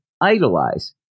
idolize